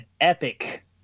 epic